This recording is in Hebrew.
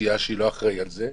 כי אשי לא אחראי על זה.